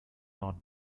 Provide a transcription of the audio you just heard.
not